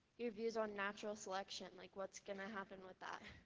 your views on natural selection. like what's going to happen with that?